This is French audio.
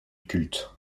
culte